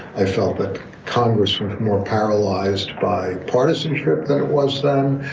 i felt that congress was more paralyzed by partisanship than it was then.